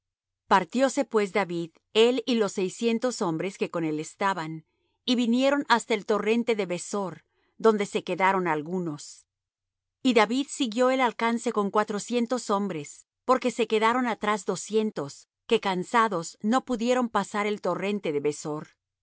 presa partióse pues david él y los seiscientos hombres que con él estaban y vinieron hasta el torrente de besor donde se quedaron algunos y david siguió el alcance con cuatrocientos hombres porque se quedaron atrás doscientos que cansados no pudieron pasar el torrente de besor